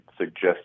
suggest